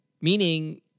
meaning